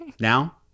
Now